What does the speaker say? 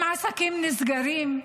אם עסקים נסגרים,